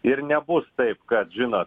ir nebus taip kad žinot